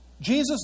Jesus